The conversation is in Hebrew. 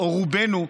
או רובנו,